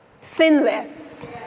sinless